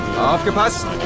Aufgepasst